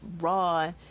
raw